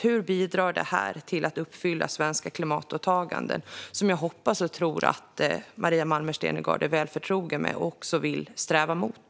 Hur bidrar detta till att uppfylla svenska klimatåtaganden, som jag hoppas och tror att Maria Malmer Stenergard är väl förtrogen med och också vill sträva mot?